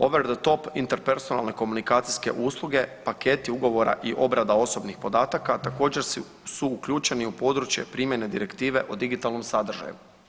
Obrada top interpersonalne komunikacijske usluge, paketi ugovora i obrada osobnih podataka također su uključeni u područje primjene Direktive o digitalnom sadržaju.